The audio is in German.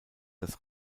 das